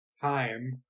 time